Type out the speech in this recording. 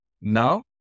Now